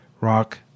rock